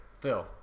Phil